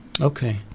Okay